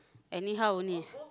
anyhow only